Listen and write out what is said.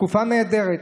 תקופה נהדרת.